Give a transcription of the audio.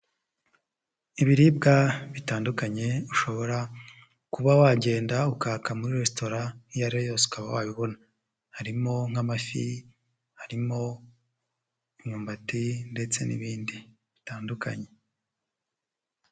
Ibiribwa bitandukanye ushobora kuba wagenda ukaka muri resitora iyo ari yo yose ukaba wabibona, harimo nk'amafi, harimo imyumbati ndetse n'ibindi bitandukanye.